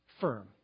firm